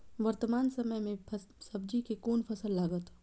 वर्तमान समय में सब्जी के कोन फसल लागत?